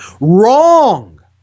Wrong